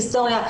היסטוריה,